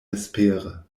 vespere